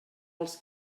els